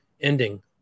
ending